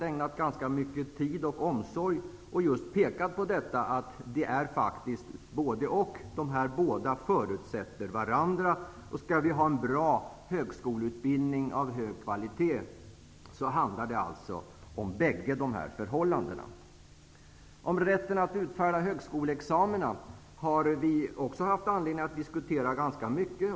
Vi har pekat på att dessa båda förutsätter varandra. Om vi skall ha en bra högskoleutbildning av hög kvalitet, handlar det alltså om dessa bägge förhållanden. Vi har också haft anledning att diskutera ganska mycket om rätten att utfärda högskoleexamina.